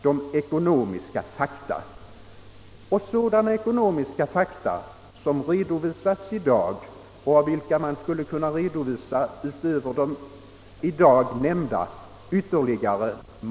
Utöver de ekonomiska fakta som redovisats i dag skulle ytterligare många kunna anföras.